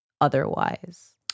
otherwise